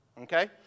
okay